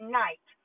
night